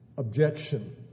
objection